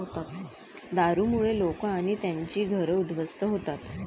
दारूमुळे लोक आणि त्यांची घरं उद्ध्वस्त होतात